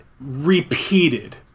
repeated